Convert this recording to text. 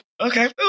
Okay